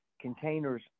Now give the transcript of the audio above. containers